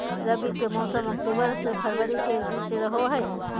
रबी के मौसम अक्टूबर से फरवरी के बीच रहो हइ